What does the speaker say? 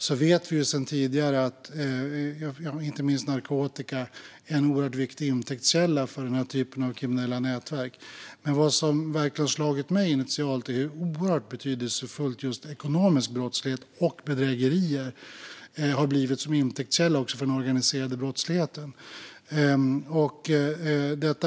Vi vet sedan tidigare att inte minst narkotika är en oerhört viktig intäktskälla för sådana kriminella nätverk. Vad som verkligen slagit mig initialt är dock hur oerhört betydelsefulla just ekonomisk brottslighet och bedrägerier har blivit som intäktskällor också för den organiserade brottsligheten.